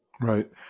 Right